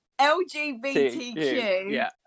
LGBTQ